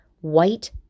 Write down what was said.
white